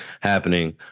happening